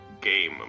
game